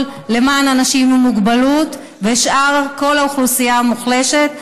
למען אנשים עם מוגבלות וכל שאר האוכלוסייה המוחלשת,